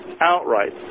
outright